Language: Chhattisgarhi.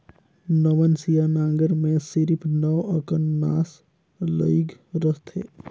नवनसिया नांगर मे सिरिप नव अकन नास लइग रहथे